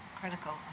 critical